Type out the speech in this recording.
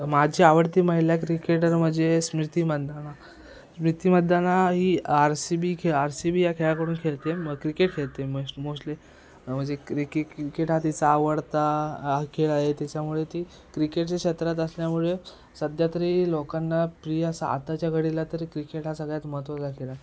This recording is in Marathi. माझी आवडती महिला क्रिकेटर म्हणजे स्मृती मंदाना स्मृती मंदाना ही आर सी बी खेळ आर सी बी या खेळाकडून खेळते मग क्रिकेट खेळते मस् मोस्टली म्हणजे क्रिकेट क्रिकेट हा तिचा आवडता हा खेळ आहे त्याच्यामुळे ती क्रिकेटच्या क्षेत्रात असल्यामुळे सध्या तरी लोकांना प्रिय असा आताच्या घडीला तरी क्रिकेट हा सगळ्यात महत्त्वाचा खेळ आहे